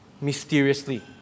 mysteriously